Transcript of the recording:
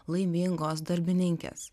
laimingos darbininkės